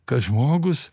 kad žmogus